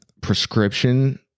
prescription